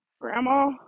grandma